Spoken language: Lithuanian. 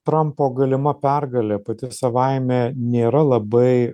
trampo galima pergalė pati savaime nėra labai